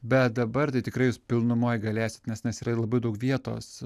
bet dabar tai tikrai pilnumoj galėsit nes nes yra labai daug vietos